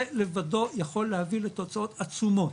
זה לבדו יכול להביא לתוצאות עצומות.